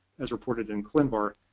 as reported in clinvar.